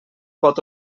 pot